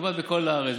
כמעט בכל הארץ,